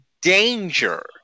danger